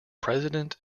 president